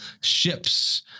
Ships